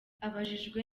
abajijwe